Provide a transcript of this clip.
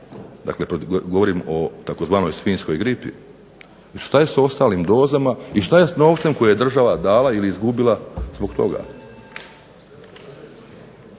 Dakle, govorim o tzv. svinjskoj gripi. I što je s ostalim dozama i što je s novcem koji je država dala ili izgubila zbog toga?